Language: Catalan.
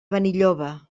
benilloba